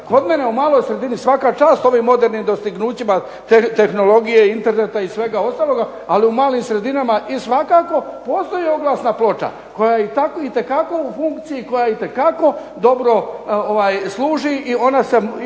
Kod mene u maloj sredini, svaka čast ovim modernim dostignućima tehnologije, interneta i svega ostaloga, ali u malim sredinama i svakako postoji oglasna ploča koja je itekako u funkciji, koja itekako dobro služi i ona u